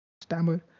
stammer